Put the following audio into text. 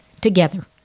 together